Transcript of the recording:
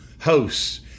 hosts